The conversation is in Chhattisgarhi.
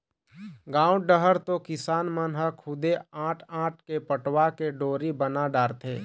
गाँव डहर तो किसान मन ह खुदे आंट आंट के पटवा के डोरी बना डारथे